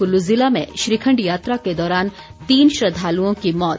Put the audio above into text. कुल्लू ज़िला में श्रीखण्ड यात्रा के दौरान तीन श्रद्धालुओं की मौत